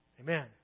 Amen